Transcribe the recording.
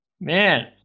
Man